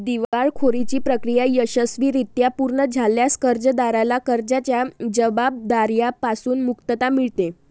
दिवाळखोरीची प्रक्रिया यशस्वीरित्या पूर्ण झाल्यास कर्जदाराला कर्जाच्या जबाबदार्या पासून मुक्तता मिळते